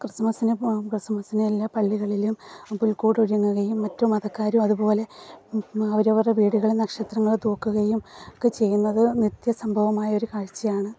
ക്രിസ്മസിന് ക്രിസ്മസിന് എലാ പള്ളികളിലും പുൽക്കൂട് ഒരുങ്ങുകയും എല്ലാ മതക്കാരും അതുപോലെ അവരവരുടെ വീടുകൾ നക്ഷത്രങ്ങൾ തൂക്കുകയും ഒക്കെ ചെയ്യുന്നത് നിത്യസംഭവമായ ഒരു കാഴ്ചയാണ്